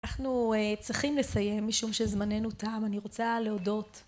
אנחנו צריכים לסיים משום שזמננו תם אני רוצה להודות